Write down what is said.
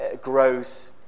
grows